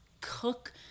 cook